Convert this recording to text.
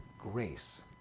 grace